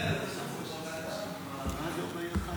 ראש הממשלה,